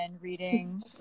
reading